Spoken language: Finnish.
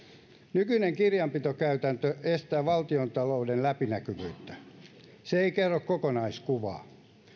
nykyinen kirjanpitokäytäntö estää valtiontalouden läpinäkyvyyttä se ei kerro kokonaiskuvaa